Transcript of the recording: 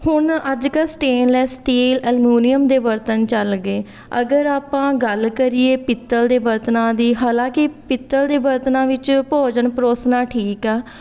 ਹੁਣ ਅੱਜ ਕੱਲ੍ਹ ਸਟੇਨਲੈਸ ਸਟੀਲ ਐਲਮੂਨੀਅਮ ਦੇ ਬਰਤਨ ਚੱਲ ਗਏ ਅਗਰ ਆਪਾਂ ਗੱਲ ਕਰੀਏ ਪਿੱਤਲ ਦੇ ਬਰਤਨਾਂ ਦੀ ਹਾਲਾਂਕਿ ਪਿੱਤਲ ਦੇ ਬਰਤਨਾਂ ਵਿੱਚ ਭੋਜਨ ਪਰੋਸਣਾ ਠੀਕ ਆ